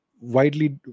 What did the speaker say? widely